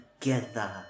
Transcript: together